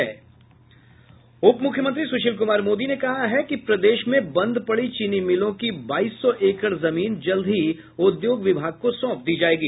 उप मुख्यमंत्री सुशील कुमार मोदी ने कहा है कि प्रदेश में बंद पड़ी चीनी मिलों की बाईस सौ एकड़ जमीन जल्द ही उद्योग विभाग को सौंप दी जायेगी